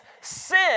sin